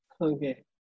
okay